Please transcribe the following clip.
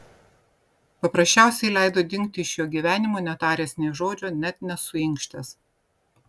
paprasčiausiai leido dingti iš jo gyvenimo netaręs nė žodžio net nesuinkštęs